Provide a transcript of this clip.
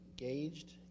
engaged